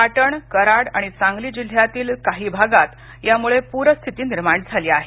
पाटण कराड आणि सांगली जिल्ह्यातील काही भागात यामुळे पुरस्थिति निर्माण झाली आहे